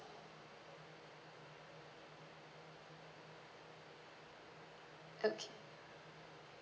okay